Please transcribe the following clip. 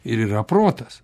ir yra protas